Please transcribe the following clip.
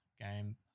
game